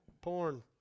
Porn